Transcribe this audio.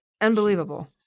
Unbelievable